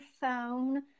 phone